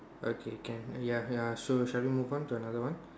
okay can ya ya sure shall we move on to another one